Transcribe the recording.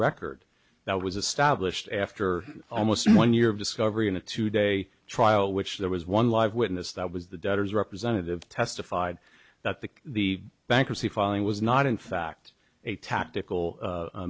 record that was a stablished after almost one year of discovery and a two day trial which there was one live witness that was the debtors representative testified that the the bankruptcy filing was not in fact a tactical